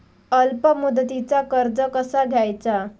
अल्प मुदतीचा कर्ज कसा घ्यायचा?